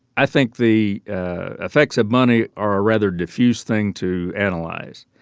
i think the effects of money are a rather diffuse thing to analyze.